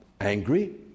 angry